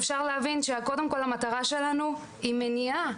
קודם כול, המטרה שלנו היא מניעה.